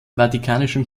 vatikanischen